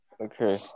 okay